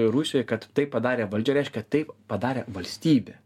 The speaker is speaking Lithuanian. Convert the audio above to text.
rusijoj kad taip padarė valdžia reiškia taip padarė valstybė